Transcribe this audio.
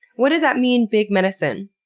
what does that mean, big medicine?